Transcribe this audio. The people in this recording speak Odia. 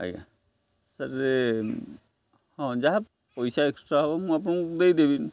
ଆଜ୍ଞା ସାର୍ ହଁ ଯାହା ପଇସା ଏକ୍ସଟ୍ରା ହବ ମୁଁ ଆପଣଙ୍କୁ ଦେଇଦେବି